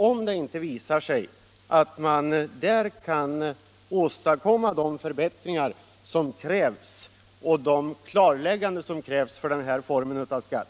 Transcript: Om det inte visar sig att man där kan åstadkomma de förbättringar och de klarlägganden som krävs för denna form av skatt